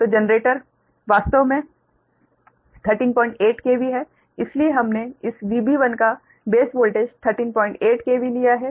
तो जनरेटर वास्तव में 138 KV है इसलिए हमने इस VB1 का बेस वोल्टेज 138 KV लिया है